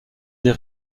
des